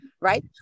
right